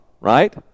right